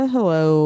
Hello